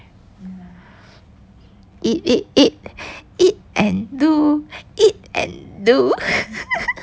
eat eat eat eat and do eat and do